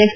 S